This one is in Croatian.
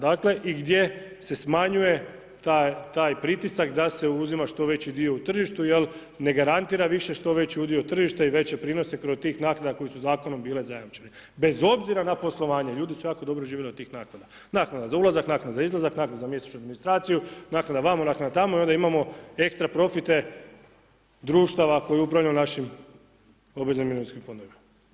Dakle i gdje se smanjuje taj pritisak, da se uzima što veći dio u tržištu jer ne garantira više što veći udio tržišta i veće prinose kod tih naknada koje su zakonom bile zajamčene, bez obzira na poslovanje, ljudi su jako dobro živjeli od tih naknada, naknada za ulazak, naknada za izlazak, naknada za mjesečnu administraciju, naknada vamo, naknada tamo i onda imamo ekstra profite društava koje upravljaju našim obveznim mirovinskim fondovima.